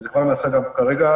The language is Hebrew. וזה גם נעשה כרגע,